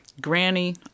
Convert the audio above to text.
granny